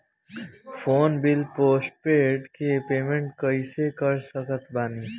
Phone bill postpaid के payment कैसे कर सकत बानी?